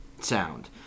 sound